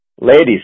Ladies